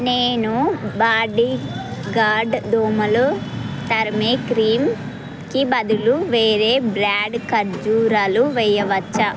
నేను బాడీగార్డ్ దోమలు తరిమే క్రీంకి బదులు వేరే బ్ర్యాడ్ ఖర్జూరాలు వెయ్యవచ్చా